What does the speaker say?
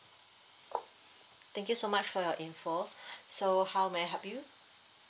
thank you so much for your info so how may I help you